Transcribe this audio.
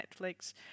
Netflix